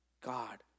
God